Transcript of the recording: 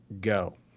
Go